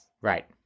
Right